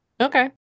Okay